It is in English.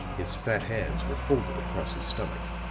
his fat hands were folded across his stomach,